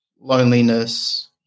loneliness